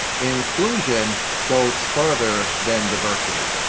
inclusion goes further than diversity.